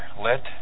lit